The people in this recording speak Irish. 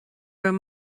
raibh